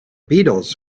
beatles